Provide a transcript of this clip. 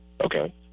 Okay